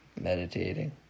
Meditating